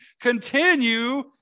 Continue